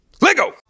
Lego